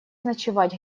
ночевать